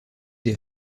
des